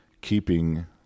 keeping